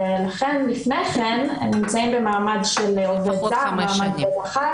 לכן לפני כן הם נמצאים במעמד של ב'1 ובמעמד